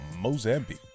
Mozambique